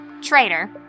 traitor